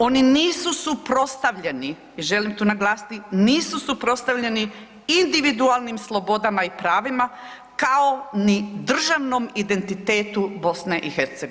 Oni nisu suprotstavljeni, želim tu naglasiti, nisu suprotstavljeni individualnim slobodama i pravima kao ni državnom identitetu BiH.